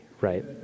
right